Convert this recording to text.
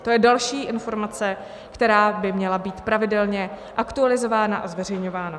To je další informace, která by měla být pravidelně aktualizována a zveřejňována.